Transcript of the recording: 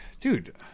dude